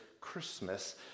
Christmas